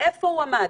איפה הוא עמד,